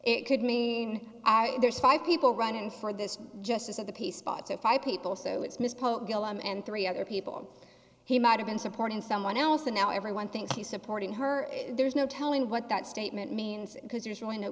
it could mean there's five people running for this justice of the peace spotify people so it's misspoke and three other people he might have been supporting someone else and now everyone thinks he's supporting her there's no telling what that statement means because there's really no